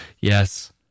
Yes